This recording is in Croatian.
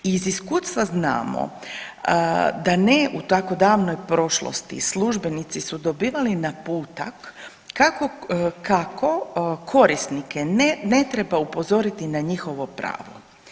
I iz iskustva znamo da ne u tako davnoj prošlosti službenici su dobivali naputak kako, kako korisnike ne, ne treba upozoriti na njihovo pravo.